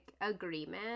agreement